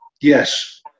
Yes